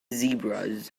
zebras